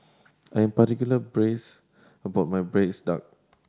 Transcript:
I am particular about my braised duck